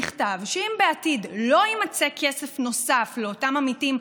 נכתב שאם בעתיד לא יימצא כסף נוסף לאותם עמיתים,